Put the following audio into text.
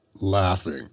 laughing